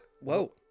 Whoa